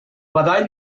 badall